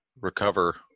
recover